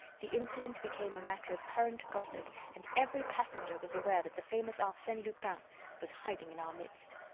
the incident became a matter of current gossip and every passenger was aware that the famous arsene lupin was hiding in our midst.